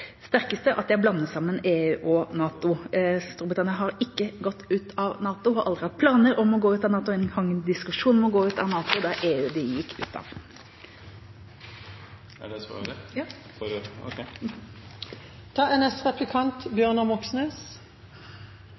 sterkeste at jeg blandet sammen EU og NATO. Storbritannia har ikke gått ut av NATO, har aldri hatt planer om å gå ut av NATO og har ingen diskusjon om å gå ut av NATO. Det er EU de gikk ut av. Er det svaret? Ja. Ok.